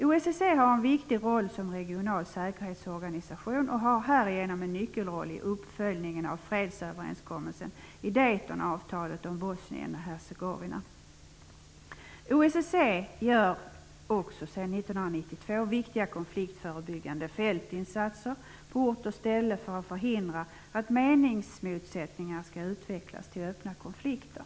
OSSE har en viktig roll som regional säkerhetsorganisation och har härigenom en nyckelroll i uppföljningen av fredsöverenskommelsen i Daytonavtalet om OSSE gör också sedan 1992 viktiga konfliktförebyggande fältinsatser på ort och ställe för att förhindra att meningsmotsättningar skall utvecklas till öppna konflikter.